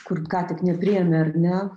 kur ką tik nepriėmė ar ne